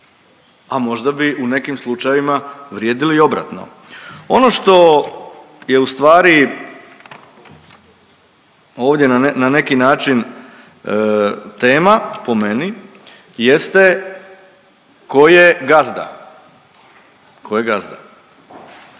a možda bi u nekim slučajevima vrijedili i obratno. Ono što je u stvari ovdje na neki način tema po meni jeste tko je gazda? Tko je gazda?